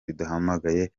yaduhamagaye